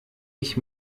ich